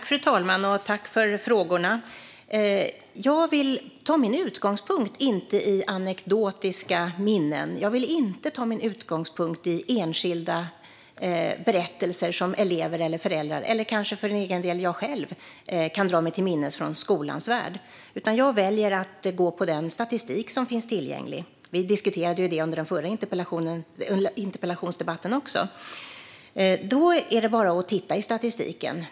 Fru talman! Jag tackar för frågorna. Jag vill ta min utgångspunkt inte i anekdotiska minnen och inte i enskilda berättelser från skolans värld som elever eller föräldrar kan dra sig till minnes - eller för den delen jag själv. Jag väljer i stället att gå på den statistik som finns tillgänglig. Vi diskuterade ju detta i den förra interpellationsdebatten också. Då är det bara att titta i statistiken.